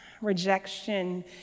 rejection